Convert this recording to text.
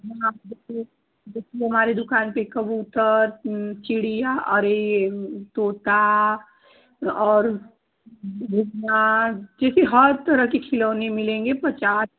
हमारी दुकान पर कहूँ तो चिड़िया और यह तोता और क्योंकि हर तरह के खिलौने मिलेंगे पचास